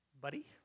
buddy